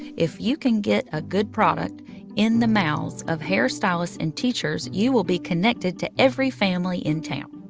if you can get a good product in the mouths of hairstylists and teachers, you will be connected to every family in town.